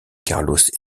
carlos